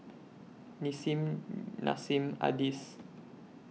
Nissim Nassim Adis